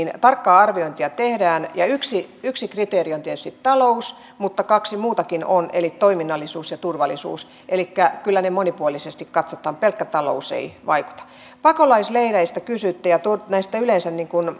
tarkkaa arviointia tehdään ja yksi yksi kriteeri on tietysti talous mutta kaksi muutakin on eli toiminnallisuus ja turvallisuus elikkä kyllä ne monipuolisesti katsotaan pelkkä talous ei vaikuta pakolaisleireistä kysyitte ja yleensä